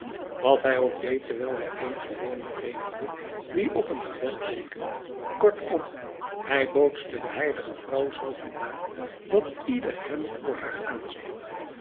wat hij ook deed terwijl hij eenige woorden prevelde die op een gebed leken kortom hij bootste de heilige vrouw zoo goed na dat ieder hem voor haar aanzag